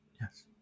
Yes